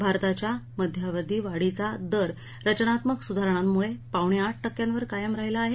भारताच्या मध्यावधी वाढीचा दर रचनात्मक सुधारणांमुळे पावणेआठ टक्क्यावर कायम राहिला आहे